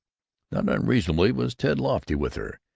not unreasonably was ted lofty with her.